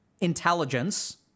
intelligence